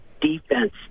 defense